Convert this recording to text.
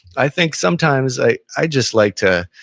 i think sometimes i i just like to